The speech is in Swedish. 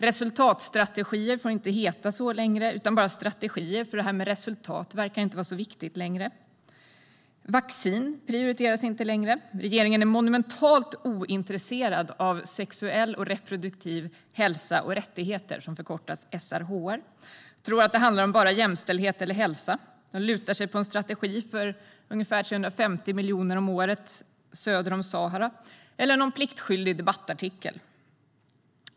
Resultatstrategier får inte längre heta så utan bara "strategier", för det här med resultat verkar inte längre vara så viktigt. Vaccin prioriteras inte längre. Regeringen är monumentalt ointresserad av sexuell och reproduktiv hälsa och rättigheter, SRHR. De tror att det handlar om bara jämställdhet eller hälsa. De lutar sig på en strategi som handlar om ungefär 350 miljoner om året i fråga om Afrika söder om Sahara eller på någon pliktskyldig debattartikel.